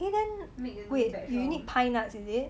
eh then wait you need pine nuts is it